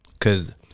Cause